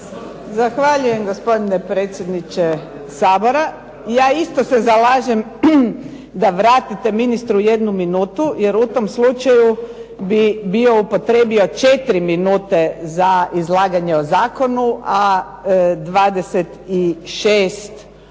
Zahvaljujem gospodine predsjedniče Sabora. Ja isto se zalažem da vratite ministru jednu minutu, jer u tom slučaju bi bio upotrijebio četiri minute za izlaganje o zakonu, a 26 za